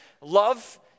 Love